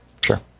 Sure